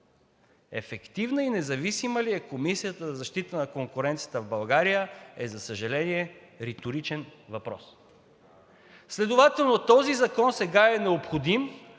Ефективна и независима ли е Комисията за защита на конкуренцията в България, е, за съжаление, реторичен въпрос. Следователно този закон сега е необходим.